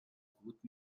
gut